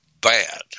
bad